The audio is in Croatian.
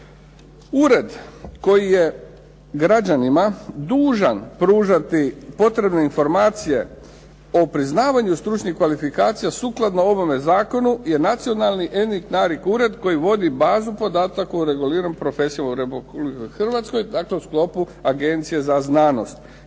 Ured koji je građanima dužan pružati potrebne informacije o priznavanju stručnih kvalifikacija sukladno ovome zakonu je Nacionalni …/Govornik se ne razumije./… ured koji vodi bazu podataka u reguliranim profesijama u Republici Hrvatskoj. Dakle, u sklopu Agencije za znanost.